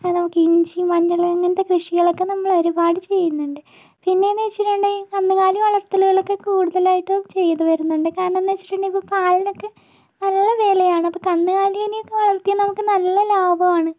നമുക്ക് ഇഞ്ചി മഞ്ഞൾ അങ്ങനത്തെ കൃഷികളൊക്കെ നമ്മൾ ഒരുപാട് ചെയ്യുന്നുണ്ട് പിന്നെയെന്ന് വച്ചിട്ടുണ്ടെങ്കിൽ കന്നുകാലിവളർത്തലുകളൊക്കെ കൂടുതലായിട്ടും ചെയ്ത് വരുന്നുണ്ട് കാരണമെന്ന് വച്ചിട്ടുണ്ടെങ്കിൽ ഇപ്പോൾ പാലിനൊക്കെ നല്ല വിലയാണ് അപ്പോൾ കന്നുകാലീനെയൊക്കെ വളർത്തിയാൽ നമുക്ക് നല്ല ലാഭമാണ്